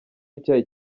icyayi